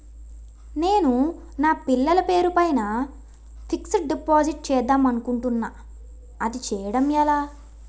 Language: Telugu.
నేను నా పిల్లల పేరు పైన ఫిక్సడ్ డిపాజిట్ చేద్దాం అనుకుంటున్నా అది చేయడం ఎలా?